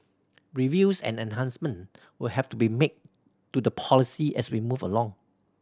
reviews and enhancement will have to be made to the policy as we move along